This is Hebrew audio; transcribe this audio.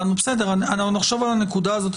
עכשיו על הנקודה הזאת,